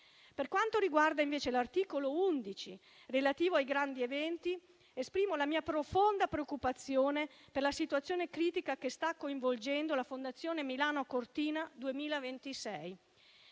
Per quanto riguarda invece l'articolo 11, relativo ai grandi eventi, esprimo la mia profonda preoccupazione per la situazione critica che sta coinvolgendo la Fondazione Milano-Cortina 2026.